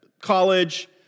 college